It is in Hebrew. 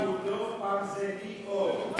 פעם הוא דוב ופעם זה לי אור.